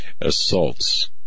assaults